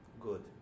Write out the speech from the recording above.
good